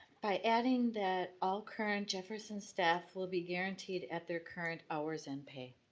by adding that all current jefferson staff will be guaranteed at their current hours and pay.